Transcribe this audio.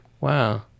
Wow